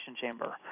chamber